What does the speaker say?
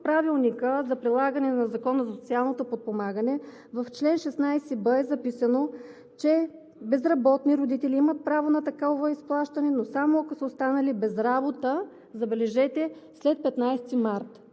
в Правилника за прилагане на Закона за социално подпомагане в чл. 16б е записано: „безработни родители имат право на такова изплащане, но само ако са останали без работа – забележете – след 15 март“.